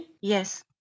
Yes